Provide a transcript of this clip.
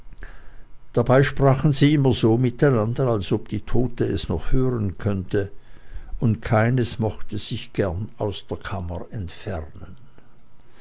dabei sprachen sie immer so miteinander als ob die tote es noch hören könnte und keines mochte sich gern aus der kammer entfernen